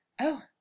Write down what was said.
Oh